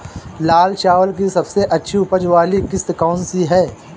लाल चावल की सबसे अच्छी उपज वाली किश्त कौन सी है?